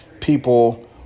people